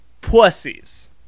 Pussies